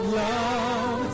love